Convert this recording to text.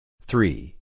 three